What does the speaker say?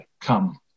come